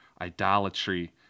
idolatry